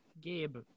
Gabe